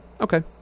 okay